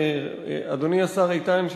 אדוני השר איתן,